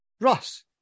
Ross